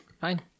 Fine